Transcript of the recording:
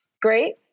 great